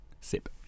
sip